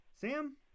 Sam